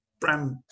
brand